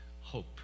Hope